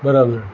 બરાબર